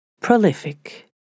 prolific